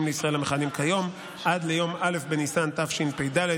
לישראל המכהנים כיום עד ליום א' בניסן התשפ"ד,